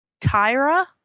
Tyra